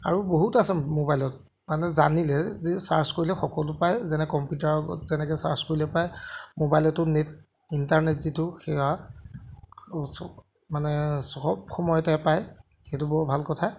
আৰু বহুত আছে ম'বাইলত মানে জানিলে যে ছাৰ্চ কৰিলে সকলো পায় যেনে কম্পিউটাৰত যেনেকৈ ছাৰ্চ কৰিলে পায় ম'বাইলতো নেট ইণ্টাৰনেট যিটো সেয়া চব মানে চব সময়তে পায় সেইটো বৰ ভাল কথা